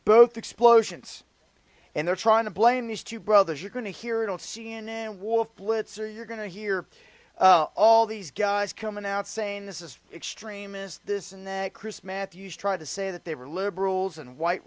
both explosions and they're trying to blame these two brothers you're going to hear it on c n n war blitzer you're going to hear all these guys coming out saying this is extremist this and that chris matthews tried to say that they were liberals and white